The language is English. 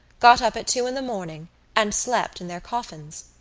got up at two in the morning and slept in their coffins.